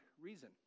reason